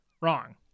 Wrong